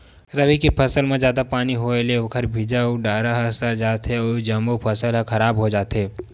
रबी के फसल म जादा पानी होए ले ओखर बीजा अउ डारा ह सर जाथे अउ जम्मो फसल ह खराब हो जाथे